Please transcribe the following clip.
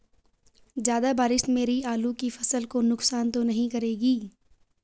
ज़्यादा बारिश मेरी आलू की फसल को नुकसान तो नहीं करेगी?